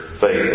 faith